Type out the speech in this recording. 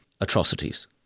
atrocities